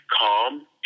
calm